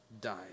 died